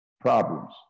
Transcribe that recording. problems